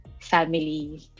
family